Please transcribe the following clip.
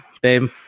babe